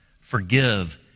Forgive